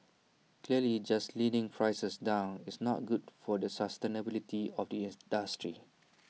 clearly just leading prices down it's not good for the sustainability of the industry